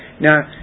Now